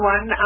One